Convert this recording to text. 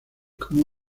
como